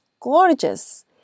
gorgeous